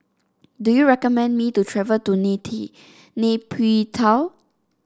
do you recommend me to travel to Nay Pyi Taw